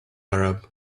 arab